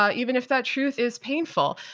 ah even if that truth is painful.